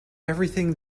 everything